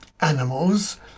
animals